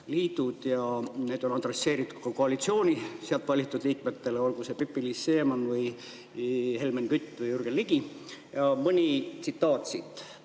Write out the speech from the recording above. ja need on adresseeritud koalitsiooni sealt valitud liikmetele, olgu see Pipi-Liis Siemann või Helmen Kütt või Jürgen Ligi. Mõni tsitaat siit.